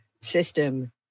system